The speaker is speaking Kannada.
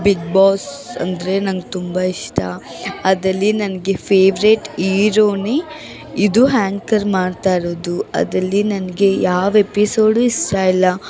ಬಿಗ್ ಬಾಸ್ ಅಂದರೆ ನಂಗೆ ತುಂಬ ಇಷ್ಟ ಅದಲ್ಲಿ ನಂಗೆ ಫೇವ್ರೇಟ್ ಹೀರೋನೇ ಇದು ಹ್ಯಾಂಕರ್ ಮಾಡ್ತಾ ಇರೋದು ಅದಲ್ಲಿ ನನಗೆ ಯಾವ ಎಪಿಸೋಡು ಇಷ್ಟ ಇಲ್ಲ